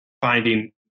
finding